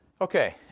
Okay